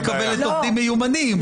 כי את מקבלת עובדים מיומנים.